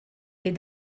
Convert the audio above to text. est